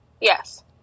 Yes